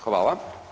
Hvala.